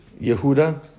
Yehuda